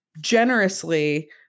generously